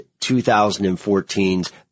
2014's